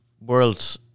world